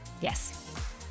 yes